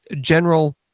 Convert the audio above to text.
general